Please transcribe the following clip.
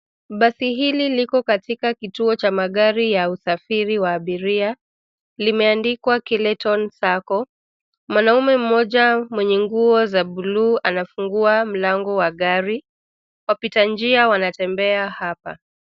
Basi hili liko katika kituo cha magari ya usafiri wa abiria .Limeandikwa (cs)KILLENTON SACCO(cs).Mwanaume mmoja mwenye nguo za buluu anafungua mlango wa gari. Wapita njia wanapitia hapa.